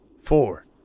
four